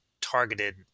targeted